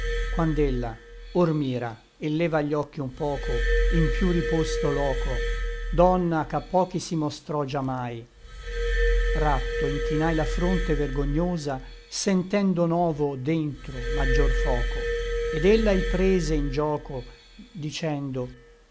quand'ella or mira et leva gli occhi un poco in piú riposto loco donna ch'a pochi si mostrò già mai ratto inchinai la fronte vergognosa sentendo novo dentro maggior foco et ella il prese in gioco dicendo